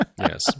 Yes